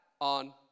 on